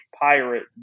pirate